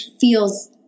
feels